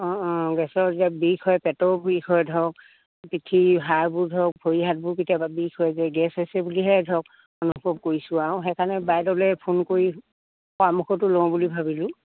অঁ অঁ গেছৰ যেতিয়া বিষ হয় পেটৰ বিষ হয় ধৰক পিঠি হাড়বোৰ ধৰক ভৰি হাতবোৰ কেতিয়াবা বিষ হয় যে গেছ আছে বুলিহে ধৰক অনুভৱ কৰিছোঁ আৰু সেইকাৰণে বাইদেউলে ফোন কৰি পৰামৰ্শটো লওঁ বুলি ভাবিলোঁ